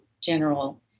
general